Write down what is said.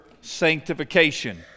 sanctification